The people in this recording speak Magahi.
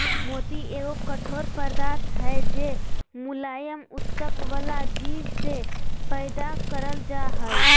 मोती एगो कठोर पदार्थ हय जे मुलायम उत्तक वला जीव से पैदा करल जा हय